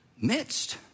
midst